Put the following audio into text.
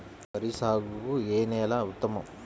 వరి సాగుకు ఏ నేల ఉత్తమం?